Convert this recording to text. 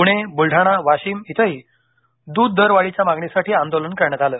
पुणे बुलडाणा वाशीम इथंही दूध दर वाढीच्या मागणीसाठी आंदोलन करण्यात आलं